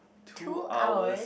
two hours